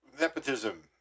nepotism